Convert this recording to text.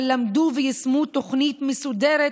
אבל למדו ויישמו תוכנית מסודרת